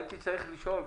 הייתי צריך לשאול,